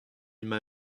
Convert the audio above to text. emañ